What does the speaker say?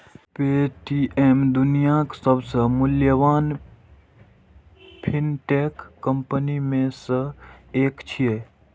Paytm दुनियाक सबसं मूल्यवान फिनटेक कंपनी मे सं एक छियै